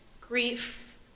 grief